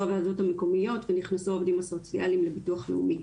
הוועדות המקומיות ונכנסו העובדים הסוציאליים למוסד לביטוח הלאומי.